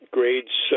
grades